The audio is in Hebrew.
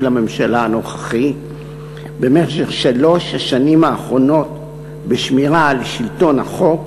לממשלה הנוכחי במשך שלוש השנים האחרונות בשמירה על שלטון החוק,